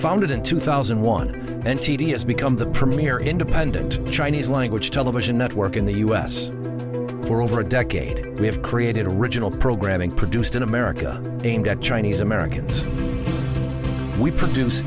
founded in two thousand and one and tedious become the premier independent chinese language television network in the u s for over a decade we have created original programming produced in america aimed at chinese americans we produce